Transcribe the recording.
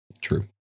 True